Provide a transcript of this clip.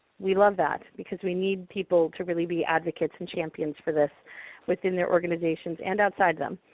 we love that, because we need people to really be advocates and champions for this within their organizations and outside them.